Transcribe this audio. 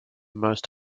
most